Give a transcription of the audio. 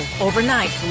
overnight